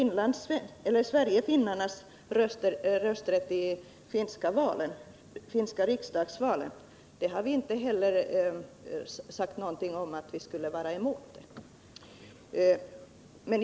När det gäller Sverigefinnarnas rösträtt i de finska riksdagsvalen vill jag säga att vi inte heller har någonting emot den.